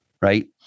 right